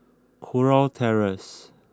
Kurau Terrace